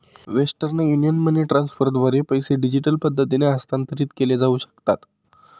western Union money ट्रान्स्फरद्वारे पैसे digital पद्धतीने हस्तांतरित केले जाऊ शकतात